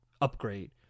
upgrade